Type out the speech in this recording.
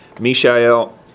Mishael